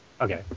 Okay